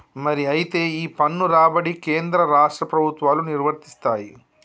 మరి అయితే ఈ పన్ను రాబడి కేంద్ర రాష్ట్ర ప్రభుత్వాలు నిర్వరిస్తాయి